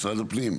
משרד הפנים,